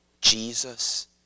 Jesus